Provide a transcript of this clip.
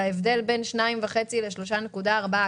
ההבדל בין 2.5% ל-3.4%,